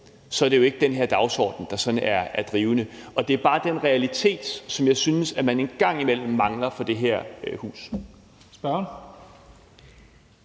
er det jo ikke den her dagsorden, der sådan er drivende, og det er bare den realitet, som jeg synes at man en gang imellem mangler at erkende i det her hus.